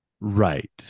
Right